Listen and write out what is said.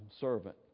servant